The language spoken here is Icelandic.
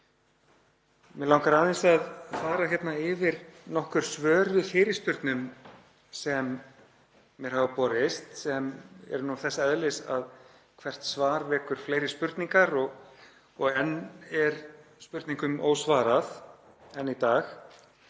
Mig langar aðeins að fara yfir nokkur svör við fyrirspurnum sem mér hafa borist, sem eru þess eðlis að hvert svar vekur fleiri spurningar og enn í dag er spurningum ósvarað. Fyrst var